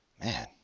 Man